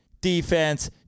Defense